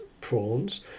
prawns